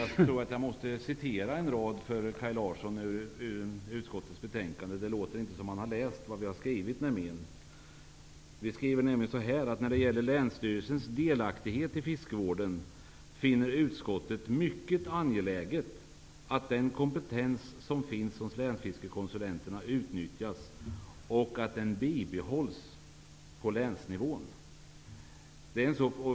Jag tror att jag måste citera en rad ur utskottets betänkande för Kaj Larsson. Det låter nämligen inte som om han har läst vad vi har skrivit. Det står nämligen: ''När det gäller länsstyrelsernas delaktighet i fiskevården finner utskottet mycket angeläget att den kompetens som finns hos länsfiskekonsulenterna utnyttjas och att den bibehålls på länsnivån.''